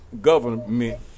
Government